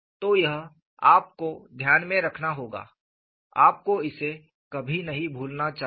तो यह आपको ध्यान में रखना होगा आपको इसे कभी नहीं भूलना चाहिए